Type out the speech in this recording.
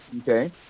Okay